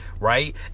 Right